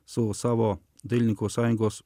su savo dailininkų sąjungos